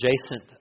adjacent